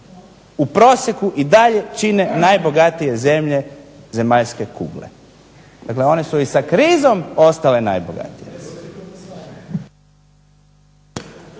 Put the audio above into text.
u prosjeku i dalje čine najbogatije zemlje zemaljske kugle. Dakle, one su i sa krizom ostale najbogatije.